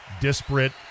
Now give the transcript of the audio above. disparate